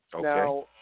Now